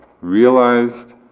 realized